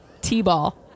T-ball